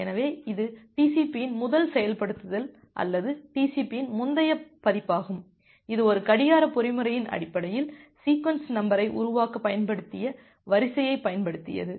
எனவே இது TCP இன் முதல் செயல்படுத்தல் அல்லது TCP இன் முந்தைய பதிப்பாகும் இது ஒரு கடிகார பொறிமுறையின் அடிப்படையில் சீக்வென்ஸ் நம்பரை உருவாக்கப் பயன்படுத்திய வரிசையைப் பயன்படுத்தியது